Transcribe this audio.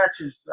matches